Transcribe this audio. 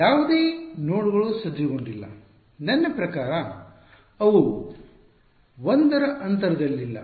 ಯಾವುದೇ ನೋಡ್ಗಳು ಸಜ್ಜುಗೊಂಡಿಲ್ಲ ನನ್ನ ಪ್ರಕಾರ ಅವು 1 ರ ಅಂತರದಲ್ಲಿಲ್ಲ